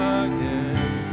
again